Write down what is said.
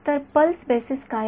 तर pulse basis काय आहे